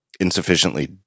insufficiently